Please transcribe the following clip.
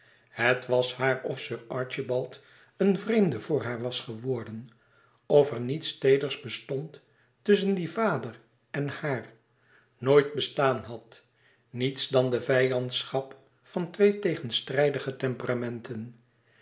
het was haar of sir archibald een vreemde voor haar was geworden of er niets teeders bestond tusschen dien vader en haar nooit bestaan had niets dan de vijandschap van twee tegenstrijdige temperamenten